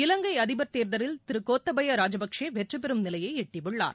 இலங்கை அதிபர் தேர்தலில் திரு கோத்தபய ராஜபக்சே வெற்றிபெறும் நிலையை எட்டியுள்ளார்